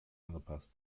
angepasst